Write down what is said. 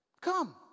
Come